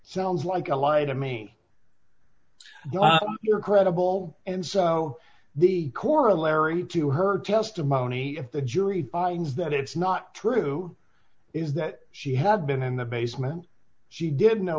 what sounds like a lie to me are credible and so the corollary to her testimony if the jury finds that it's not true is that she had been in the basement she did know